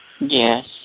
Yes